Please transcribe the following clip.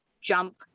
jump